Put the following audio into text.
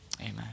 Amen